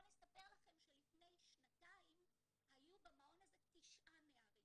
לספר לכם שלפני שנתיים היו במעון הזה תשעה נערים